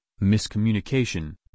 miscommunication